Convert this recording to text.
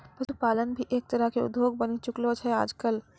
पशुपालन भी एक तरह के उद्योग बनी चुकलो छै आजकल